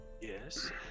yes